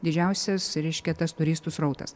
didžiausias reiškia tas turistų srautas